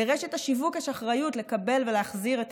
לרשת השיווק יש אחריות לקבל ולהחזיר את